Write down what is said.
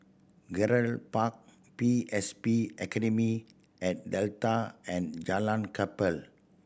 Gerald Park P S B Academy at Delta and Jalan Kapal